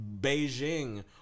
Beijing